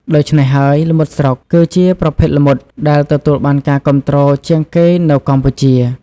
ដូច្នេះហើយ ល្មុតស្រុក គឺជាប្រភេទល្មុតដែលទទួលបានការគាំទ្រជាងគេនៅកម្ពុជា។